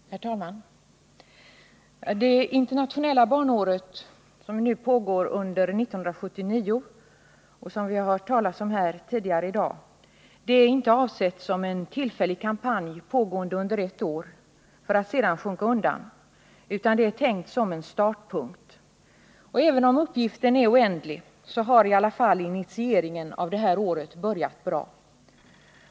Herr talman! Det internationella barnåret, som pågår under 1979 och som vi har talat om tidigare här i dag, är inte avsett som en tillfällig kampanj pågående under ett år för att sedan sjunka undan, utan det är tänkt som en startpunkt. Även om uppgiften är oändlig har i alla fall initieringen av det här året börjat bra.